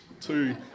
two